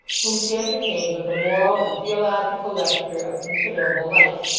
whom she entertained with a moral and theological lecture of considerable length,